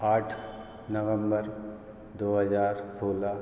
आठ नवंबर दो हजार सोलह